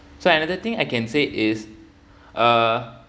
I think I can say is uh